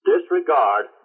disregard